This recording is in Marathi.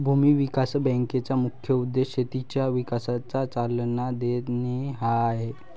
भूमी विकास बँकेचा मुख्य उद्देश शेतीच्या विकासाला चालना देणे हा आहे